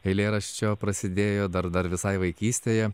eilėraščio prasidėjo dar dar visai vaikystėje